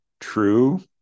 true